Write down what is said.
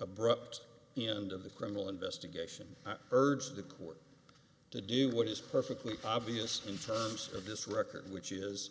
abrupt end of the criminal investigation urge the court to do what is perfectly obvious in terms of this record which is